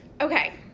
Okay